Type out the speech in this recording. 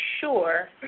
sure